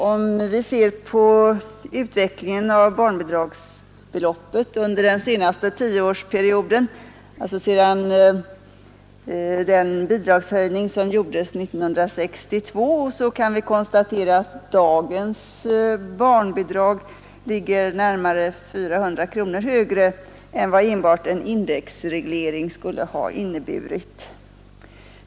Om vi ser på utvecklingen av barnbidragsbeloppet under den senaste tioårsperioden — alltså efter den bidragshöjning som gjordes 1962 — kan vi konstatera att dagens barnbidrag ligger närmare 400 kronor högre än vad enbart en indexreglering skulle ha inneburit.